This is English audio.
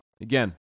again